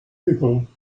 people